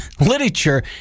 literature